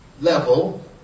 level